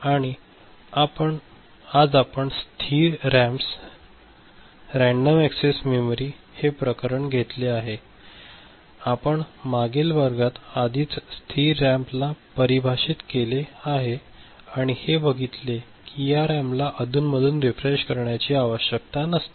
आणि आज आपण स्थिर रॅम्स रँडम एक्ससेस मेमरी हे प्रकरण घेतले आहे आपण मागील वर्गात आधीच स्थिर रॅम ला परिभाषित केले आहे आणि हे बघितले की या रॅम ला अधूनमधून रीफ्रेश करण्याची आवश्यकता नसते